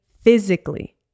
physically